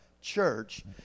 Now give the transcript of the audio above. church